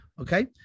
Okay